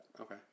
Okay